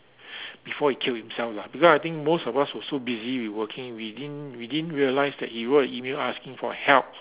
before he kill himself lah because I think most of us were so busy working with working we didn't realise we didn't realise that he wrote an email asking for help